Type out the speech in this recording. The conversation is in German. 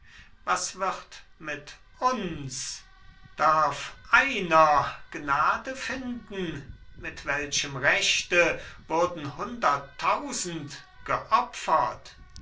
was wird mit uns darf einer gnade finden mit welchem rechte wurden hunderttausend geopfert